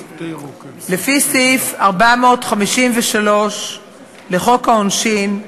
לפי סעיף 453 לחוק העונשין,